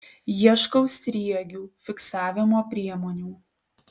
ieškau sriegių fiksavimo priemonių